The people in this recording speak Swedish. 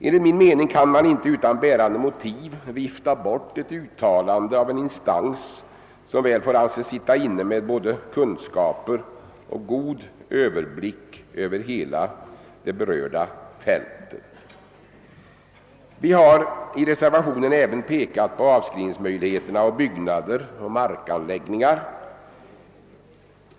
Enligt min mening kan man inte utan bärande motiv vifta bort ett uttalande av en instans, som väl får anses sitta inne med både kunskaper och god överblick över hela det berörda fältet. Vi har i reservationen även pekat på avskrivningsmöjligheterna beträffande byggnader och markanläggningar.